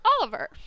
Oliver